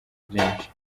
byinshi